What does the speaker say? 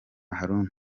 haruna